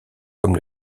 comme